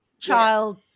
child